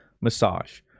massage